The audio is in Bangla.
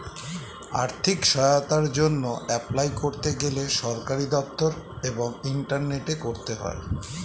আর্থিক সহায়তার জন্যে এপলাই করতে গেলে সরকারি দপ্তর এবং ইন্টারনেটে করতে হয়